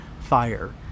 fire